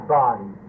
body